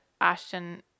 ashton